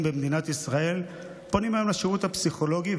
או חלק גדול מהאזרחים במדינת ישראל פונים היום לשירות הפסיכולוגי,